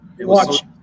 watch